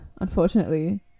Unfortunately